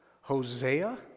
Hosea